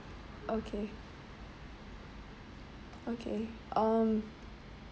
okay okay um